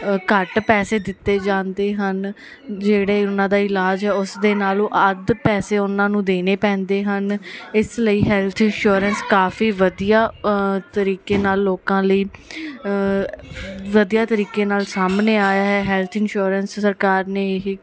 ਅ ਘੱਟ ਪੈਸੇ ਦਿੱਤੇ ਜਾਂਦੇ ਹਨ ਜਿਹੜੇ ਉਹਨਾਂ ਦਾ ਇਲਾਜ ਹੈ ਉਸ ਦੇ ਨਾਲ ਉਹ ਅੱਧ ਪੈਸੇ ਉਹਨਾਂ ਨੂੰ ਦੇਣੇ ਪੈਂਦੇ ਹਨ ਇਸ ਲਈ ਹੈਲਥ ਇੰਸ਼ੋਰੈਂਸ ਕਾਫ਼ੀ ਵਧੀਆ ਤਰੀਕੇ ਨਾਲ ਲੋਕਾਂ ਲਈ ਵਧੀਆ ਤਰੀਕੇ ਨਾਲ ਸਾਹਮਣੇ ਆਇਆ ਹੈ ਹੈਲਥ ਇਨਸ਼ੋਰੈਂਸ ਸਰਕਾਰ ਨੇ ਇਹ